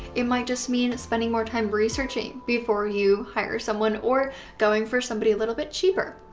it might just mean spending more time researching before you hire someone or going for somebody a little bit cheaper.